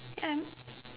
ya